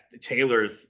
Taylor's